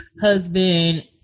husband